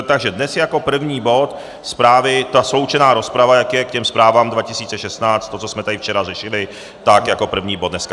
Takže dnes jako první bod zprávy, ta sloučená rozprava, jak je k těm zprávám 2016, to, co jsme tady včera řešili, tak jako první bod dneska.